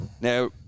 Now